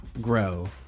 grow